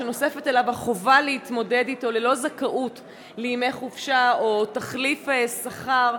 שנוספת עליו החובה להתמודד אתו ללא זכאות לימי חופשה או תחליף ימי שכר,